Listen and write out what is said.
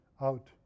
out